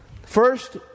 First